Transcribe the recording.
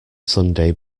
sunday